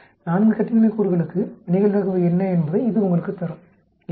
4 கட்டின்மை கூறுகளுக்கு நிகழ்தகவு என்ன என்பதை இது உங்களுக்குத் தரும் இது 9